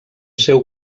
seu